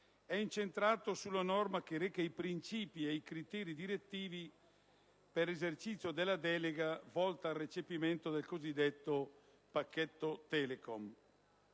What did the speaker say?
è incentrato sulla norma che reca i principi ed i criteri direttivi per l'esercizio della delega volta al recepimento del cosiddetto pacchetto Telecom.